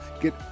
get